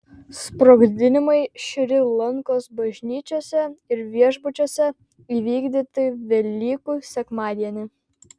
sprogdinimai šri lankos bažnyčiose ir viešbučiuose įvykdyti velykų sekmadienį